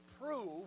prove